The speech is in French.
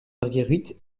marguerite